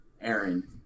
Aaron